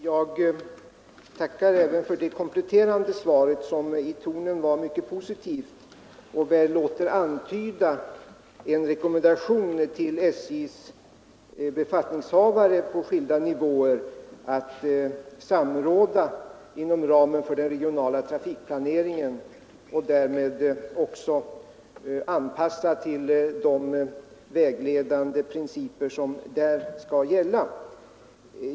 Herr talman! Jag tackar för det kompletterande svaret. Det var mycket positivt och låter väl antyda en rekommendation till SJ:s befattningshavare på skilda nivåer att samråda inom ramen för den regionala trafikplaneringen och därmed också att anpassa till de vägledande principer som där skall gälla.